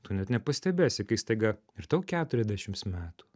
tu net nepastebėsi kai staiga ir tau keturiasdešims metų